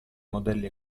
modelli